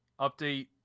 update